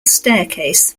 staircase